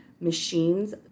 machine's